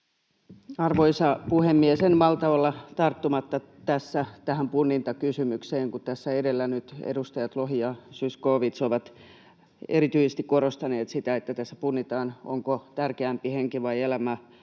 Arvoisa puhemies! En malta olla tarttumatta tässä tähän punnintakysymykseen, kun tässä edellä nyt edustajat Lohi ja Zyskowicz ovat erityisesti korostaneet sitä, että tässä punnitaan, onko tärkeämpää henki ja elämä